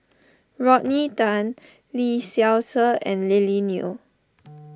Rodney Tan Lee Seow Ser and Lily Neo